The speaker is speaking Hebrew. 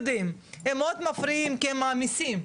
הם מעמיסים,